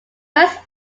first